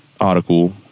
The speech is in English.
article